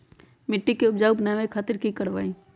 मिट्टी के उपजाऊ बनावे खातिर की करवाई?